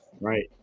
Right